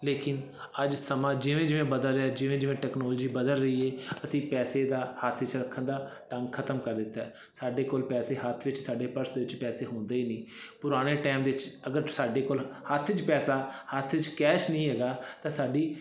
ਲੇਕਿਨ ਅੱਜ ਸਮਾਂ ਜਿਵੇਂ ਜਿਵੇਂ ਬਦਲ ਰਿਹਾ ਜਿਵੇਂ ਜਿਵੇਂ ਟੈਕਨੋਲਜੀ ਬਦਲ ਰਹੀ ਹੈ ਅਸੀਂ ਪੈਸੇ ਦਾ ਹੱਥ 'ਚ ਰੱਖਣ ਦਾ ਢੰਗ ਖਤਮ ਕਰ ਦਿੱਤਾ ਸਾਡੇ ਕੋਲ ਪੈਸੇ ਹੱਥ ਵਿੱਚ ਸਾਡੇ ਪਰਸ ਦੇ ਵਿੱਚ ਪੈਸੇ ਹੁੰਦੇ ਨਹੀਂ ਪੁਰਾਣੇ ਟਾਈਮ ਵਿੱਚ ਅਗਰ ਸਾਡੇ ਕੋਲ ਹੱਥ 'ਚ ਪੈਸਾ ਹੱਥ 'ਚ ਕੈਸ਼ ਨਹੀਂ ਹੈਗਾ ਤਾਂ ਸਾਡੀ